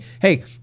hey